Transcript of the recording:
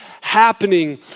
happening